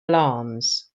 alarms